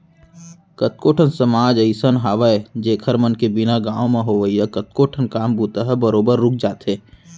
कतको ठन समाज अइसन हावय जेखर मन के बिना गाँव म होवइया कतको ठन काम बूता ह बरोबर रुक जाथे